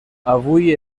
avui